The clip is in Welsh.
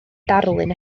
darlun